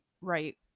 right